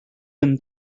them